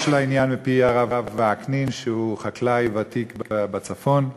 ההצעה להעביר את הצעת חוק האזרחים הוותיקים (תיקון מס' 14)